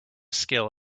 skill